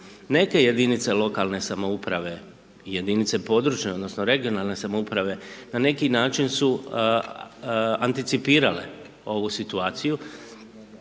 Neke jedinice lokalne samouprave i jedinice područne odnosno regionalne samouprave na neki način su anticipirale ovu situaciju